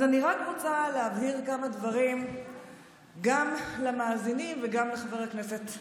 אז אני רק רוצה להבהיר כמה דברים גם למאזינים וגם לחבר הכנסת אייכלר.